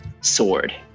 sword